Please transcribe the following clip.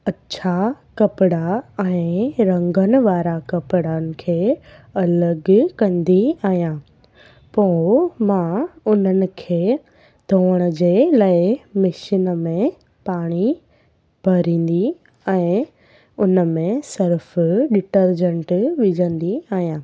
अछा कपिड़ा ऐं रंगनि वारा कपिड़नि खे अलॻि कंदी आहियां पोइ मां उन्हनि खे धोअण जे लाइ मशीन में पाणी भरींदी ऐं उन में सर्फ डीटरजन्ट विझंदी आहियां